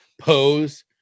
pose